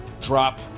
drop